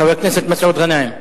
חבר הכנסת מסעוד גנאים.